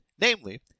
Namely